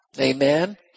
Amen